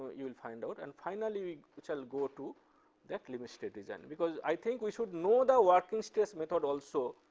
you will find out, and finally, we shall go to that limit state design. because i think we should know the working stress method also,